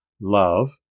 Love